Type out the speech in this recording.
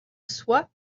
soie